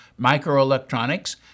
microelectronics